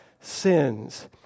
sins